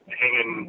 hanging